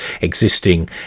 existing